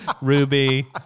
Ruby